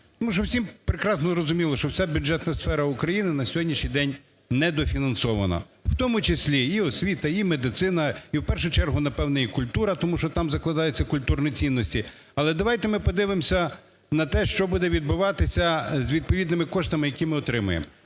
Тому що всім прекрасно зрозуміло, що вся бюджетна сфера України на сьогоднішній день недофінансована, в тому числі і освіта, і медицина, і в першу чергу, напевно, і культура, тому що там закладаються культурні цінності. Але давайте ми подивимось на те, що буде відбуватися з відповідними коштами, які ми отримаємо.